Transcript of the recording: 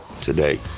today